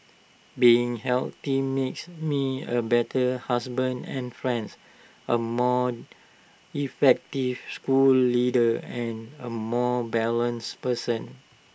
being healthy makes me A better husband and friends A more effective school leader and A more balanced person